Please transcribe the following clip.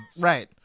right